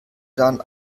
dann